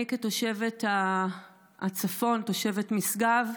אני, כתושבת הצפון, תושבת משגב,